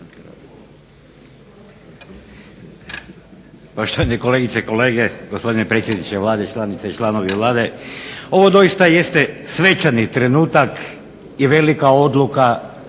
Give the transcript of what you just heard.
Poštovane kolegice, gospodine predsjedniče Vlade, članice i članovi Vlade. Ovo doista jeste svečani trenutak i velika odluka